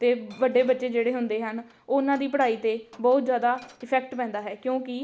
ਅਤੇ ਵੱਡੇ ਬੱਚੇ ਜਿਹੜੇ ਹੁੰਦੇ ਹਨ ਉਹਨਾਂ ਦੀ ਪੜ੍ਹਾਈ 'ਤੇ ਬਹੁਤ ਜ਼ਿਆਦਾ ਇਫੈਕਟ ਪੈਂਦਾ ਹੈ ਕਿਉਂਕਿ